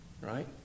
Right